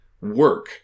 work